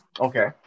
Okay